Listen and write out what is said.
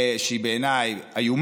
אם כן, בעד, 21, נגד, 60, אין נמנעים.